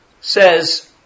says